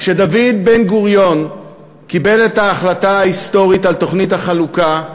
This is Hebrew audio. כשדוד בן-גוריון קיבל את ההחלטה ההיסטורית על תוכנית החלוקה,